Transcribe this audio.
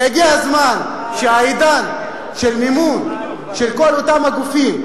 הגיע הזמן שעידן המימון של כל אותם גופים,